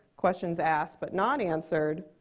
questions asked but not answered,